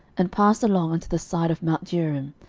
and passed along unto the side of mount jearim,